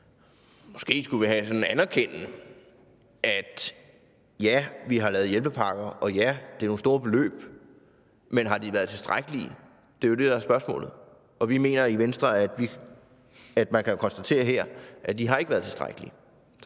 måske skulle anerkende, at ja, vi har lavet hjælpepakker, og ja, det er nogle store beløb – men har de været tilstrækkelige? Det er jo det, der er spørgsmålet. Og vi mener i Venstre, at man jo kan konstatere her, at de ikke har været tilstrækkelige.